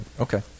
okay